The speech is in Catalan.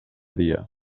dia